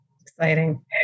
Exciting